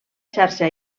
xarxa